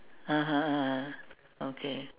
(uh huh) (uh huh) okay